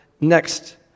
next